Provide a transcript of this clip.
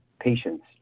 patients